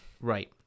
right